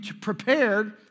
prepared